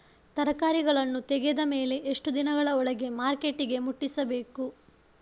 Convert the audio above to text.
ತರಕಾರಿಗಳನ್ನು ತೆಗೆದ ಮೇಲೆ ಎಷ್ಟು ದಿನಗಳ ಒಳಗೆ ಮಾರ್ಕೆಟಿಗೆ ಮುಟ್ಟಿಸಬೇಕು?